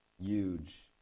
huge